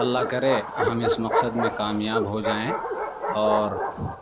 اللہ کرے ہم اس مقصد میں کامیاب ہو جائیں اور